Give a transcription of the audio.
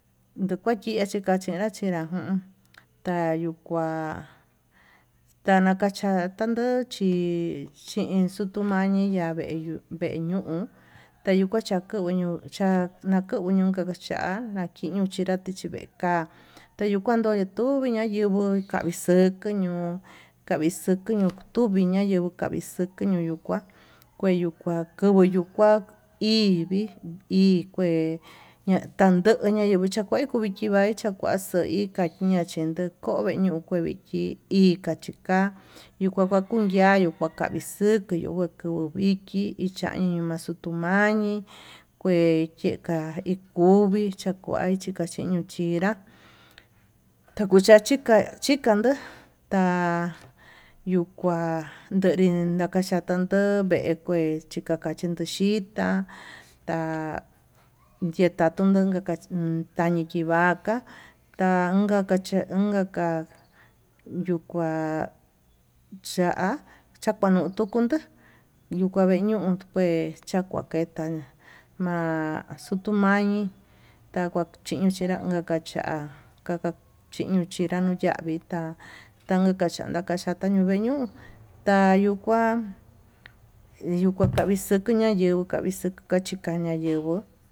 Nduu kuachia ndekua chenra chenra tayuu kua, tanakacha tanduchi chin xutumayi nave yuu vee ñuu tayu kuacha kue ñuu chanaku kuu ñuu kakak chá, tachiño cha'a chiti vee ka'a taño kuan tuvii nayenguó unkavi xuku ñuu, kavixuku tuñu nayenguo kavixuku ñuu ñukuá, kueyuka kuvuu yuu kuá hidii hi kué ñatando kavichakue kuvichi vaí chakuá xoi ñainka chenko ko'o vee ñuu kue vichi hi kachi ka'a yuu kua kunvia nikave xukuu iho vee kuu viki hi cha'á, iña xutuu mañii kue ika ikuvi cha'a kui xhiño chinrá takuchachi ka chikandó ta'a yuu kua tanri nakan cho'o tandó ndo vee kue chikan ndo chixhi, chitá ta'a yeka tunka kuu tañi chivaka taunka kache unka ka'a yuu kua cha'a chakuanu tuu kundá yuu kua vee ñuu kué, chakua kuetá a'a xutuu mañi takua chinchinra kacha'a xaka chiña ñuu yavii ta'a tanka kaxhata tanka ñuñuu, kue ñuu tayuu kua ndikakavi xukuu ñayenguó kavixu chaka kaña yenguó.